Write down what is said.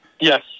Yes